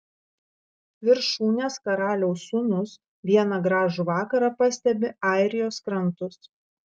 viršūnės karaliaus sūnus vieną gražų vakarą pastebi airijos krantus